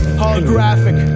holographic